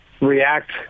react